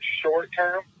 short-term